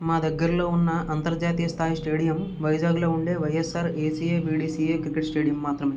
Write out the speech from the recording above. మా దగ్గరలో ఉన్న అంతర్జాతీయ స్థాయి స్టేడియం వైజాగ్లో ఉండే YSR ACA VDCA cricket stadium మాత్రమే